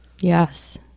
Yes